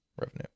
revenue